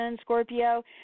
Scorpio